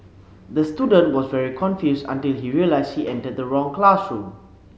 the student was very confused until he realised he entered the wrong classroom